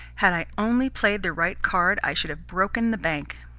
had i only played the right card, i should have broken the bank.